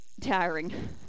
tiring